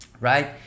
right